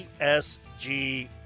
ESG